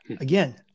Again